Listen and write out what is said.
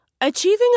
Achieving